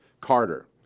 Carter